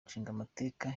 nshingamateka